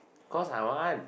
cause I want